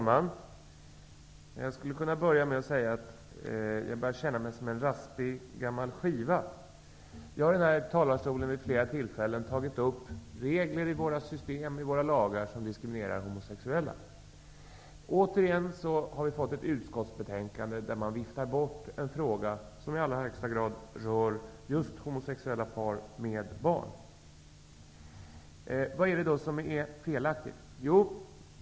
Herr talman! Jag börjar känna mig som en raspig gammal skiva. I denna talarstol har jag vid flera tillfällen tagit upp regler i våra system och lagar som diskriminerar homosexuella. Återigen har vi här ett utskottsbetänkande där man viftar bort en fråga som i allra högsta grad rör just homosexuella par med barn. Vad är då felaktigt?